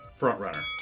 Frontrunner